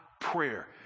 prayer